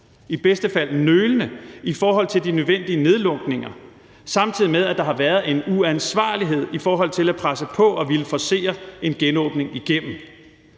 i bedste fald nølende, i forhold til de nødvendige nedlukninger, samtidig med at der har været en uansvarlighed i forhold til at presse på og ville forcere en genåbning igennem.